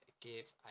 give